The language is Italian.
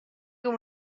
come